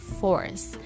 force